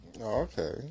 Okay